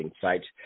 sites